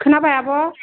खोनाबाय आब'